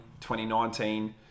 2019